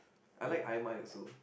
I like ai mai also